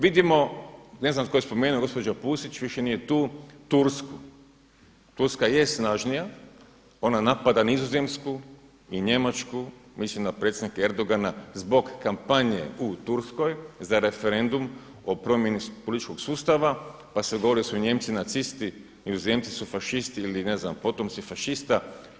Vidimo, ne znam tko je spomenuo, gospođa Pusić više nije tu Tursku, Turska je snažnija, ona napada Nizozemsku i Njemačku, mislim na predsjednika Erdogana zbog kampanje u Turskoj za referendum o promjeni političkog sustava, pa se govori da su Nijemci nacisti, Nizozemci su fašisti ili ne znam potomci fašista.